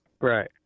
Right